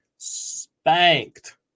spanked